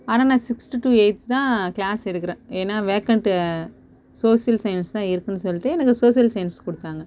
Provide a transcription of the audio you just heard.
ஆனால் நான் sixth to எயித்துதான் கிளாஸ் எடுக்கிறேன் ஏன்னால் வேகன்ட் சோசியல் சயின்ஸ்தான் இருக்குதுன்னு சொல்லிவிட்டு எனக்கு சோசியல் சயின்ஸ் கொடுத்தாங்க